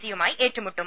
സിയുമായി ഏറ്റുമുട്ടും